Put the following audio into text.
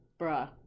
Bruh